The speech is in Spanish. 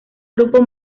grupo